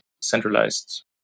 centralized